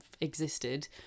existed